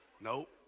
Nope